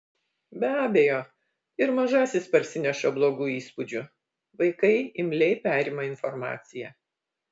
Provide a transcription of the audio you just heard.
be abejo ir mažasis parsineša blogų įspūdžių vaikai imliai perima informaciją